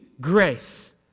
grace